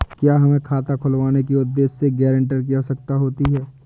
क्या हमें खाता खुलवाने के उद्देश्य से गैरेंटर की आवश्यकता होती है?